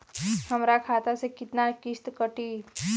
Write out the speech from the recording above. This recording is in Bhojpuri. हमरे खाता से कितना किस्त कटी?